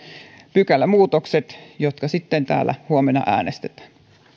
pykälämuutokset joista sitten täällä huomenna äänestetään